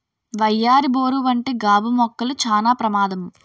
వయ్యారి బోరు వంటి గాబు మొక్కలు చానా ప్రమాదం